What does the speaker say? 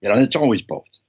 and and it's always both.